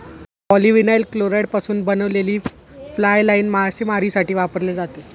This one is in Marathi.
पॉलीविनाइल क्लोराईडपासून बनवलेली फ्लाय लाइन मासेमारीसाठी वापरली जाते